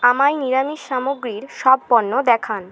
আমায় নিরামিষ সামগ্রীর সব পণ্য দেখান